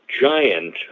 giant